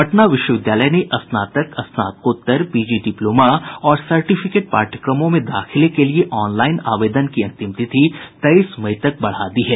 पटना विश्वविद्यालय ने स्नातक स्नातकोत्तर पीजी डिप्लोमा और सर्टिफिकेट पाठयक्रमों में दाखिले के लिये ऑनलाइन आवेदन की अंतिम तिथि तेईस मई तक बढ़ा दी है